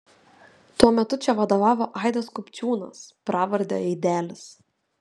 tuo metu čia vadovavo aidas kupčiūnas pravarde aidelis